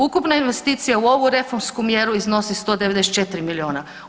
Ukupna investicija u ovu reformsku mjeru iznosi 194 milijuna.